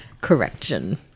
Correction